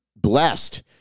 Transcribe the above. blessed